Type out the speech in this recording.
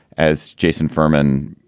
as jason furman,